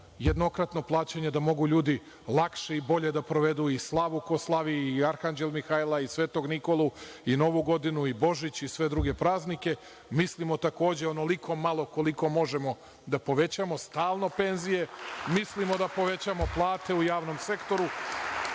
jednokratno plaćanje, da mogu ljudi lakše i bolje da provedu i slavu, ko slavi, i Arhanđel Mihaila i Svetog Nikolu, i Novu godinu i Božić i sve druge praznike, mislimo takođe onoliko malo koliko možemo da povećamo stalno penzije, mislimo da povećamo plate u javnom sektoru.